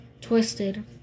Twisted